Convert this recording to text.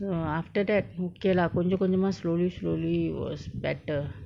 ah after that okay lah கொஞ்ச கொஞ்சமா:konja konjama slowly slowly it was better